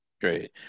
Great